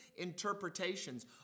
interpretations